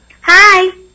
Hi